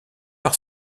par